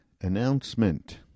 announcement